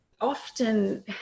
often